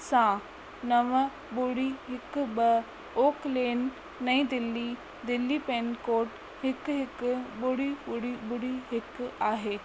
सां नवं ॿुड़ी हिकु ॿ ऑक्लेम नईं दिल्ली दिल्ली पिनकोड हिकु हिकु ॿुड़ी ॿुड़ी ॿुड़ी हिकु आहे